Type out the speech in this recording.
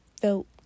felt